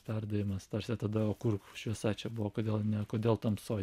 perdavimas tarsi tada o kur šviesa čia buvo kodėl ne kodėl tamsoj